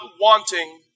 wanting